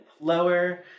lower